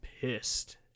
pissed